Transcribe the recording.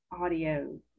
audio